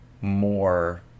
more